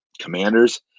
Commanders